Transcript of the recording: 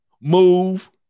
move